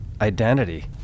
identity